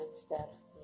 steps